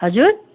हजुर